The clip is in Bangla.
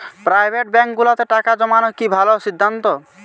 প্রাইভেট ব্যাংকগুলোতে টাকা জমানো কি ভালো সিদ্ধান্ত?